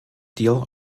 deal